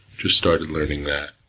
just started learning that.